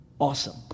awesome